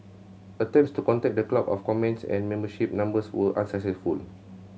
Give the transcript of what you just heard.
attempts to contact the club for comments and membership numbers were unsuccessful